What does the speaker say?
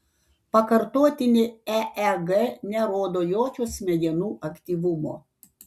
pakartotinė eeg nerodo jokio smegenų aktyvumo